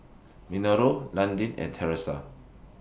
Minoru Landin and Theresa